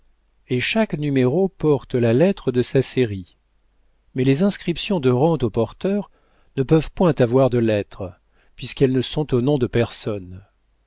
et chaque numéro porte la lettre de sa série mais les inscriptions de rente au porteur ne peuvent point avoir de lettres puisqu'elles ne sont au nom de personne